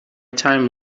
time